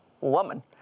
woman